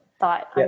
thought